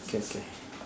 okay okay